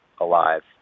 alive